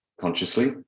consciously